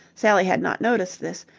sally had not noticed this,